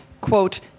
quote